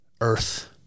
earth